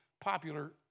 popular